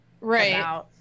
right